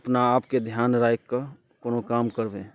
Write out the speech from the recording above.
अपना आपके ध्यान राखि कऽ कोनो काम करबै